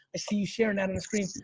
ah see you sharing that on the screen.